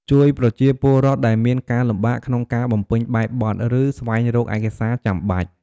ជួយប្រជាពលរដ្ឋដែលមានការលំបាកក្នុងការបំពេញបែបបទ ឬស្វែងរកឯកសារចាំបាច់។